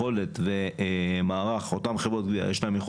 ויכולותיהם או כל מיני דברים שהם לא רוצים